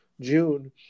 june